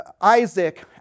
Isaac